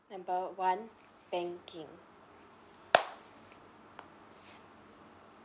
number one banking